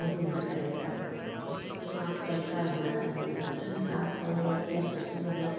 नहीं है तरीका किसको साथ कैसा रहना चैहिए कि सास है मेरी या ससुर है